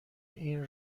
این